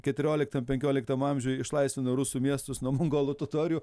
keturioliktam penkioliktam amžiuj išlaisvino rusų miestus nuo mongolų totorių